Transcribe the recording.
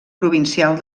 provincial